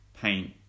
paint